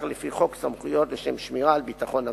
לפי חוק סמכויות לשם שמירה על ביטחון המדינה.